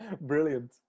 Brilliant